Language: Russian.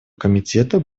комитета